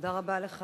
תודה רבה לך.